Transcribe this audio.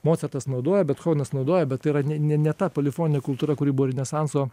mocartas naudojo bethovenas naudojo bet yra ne ne ne ta polifoninė kultūra kuri buvo renesanso